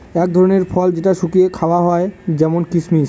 এক ধরনের ফল যেটা শুকিয়ে খাওয়া হয় যেমন কিসমিস